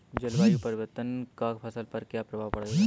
जलवायु परिवर्तन का फसल पर क्या प्रभाव पड़ेगा?